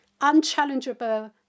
unchallengeable